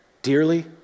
Dearly